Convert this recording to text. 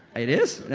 it is?